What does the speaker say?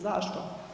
Zašto?